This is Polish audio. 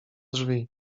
drzwi